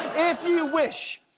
if you wish,